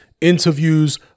interviews